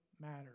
matters